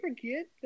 forget